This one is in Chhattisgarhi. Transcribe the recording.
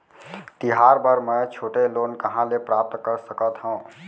तिहार बर मै छोटे लोन कहाँ ले प्राप्त कर सकत हव?